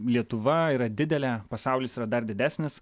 lietuva yra didelė pasaulis yra dar didesnis